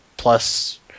plus